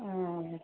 ہاں